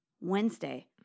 Wednesday